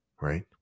right